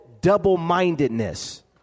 double-mindedness